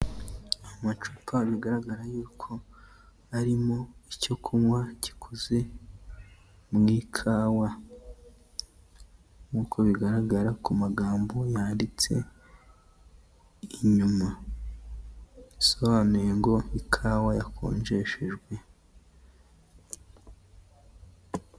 Amacupa agaragara yuko arimo icyo kunywa gikoze mu ikawa nkuko bigaragara ku magambo yanditse inyuma isobanuye ngo ikawa yakonjeshejwe.